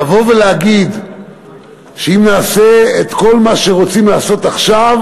לבוא ולומר שאם נעשה את כל מה שרוצים לעשות עכשיו,